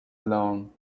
alone